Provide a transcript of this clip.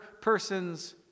person's